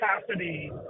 capacity